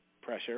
pressure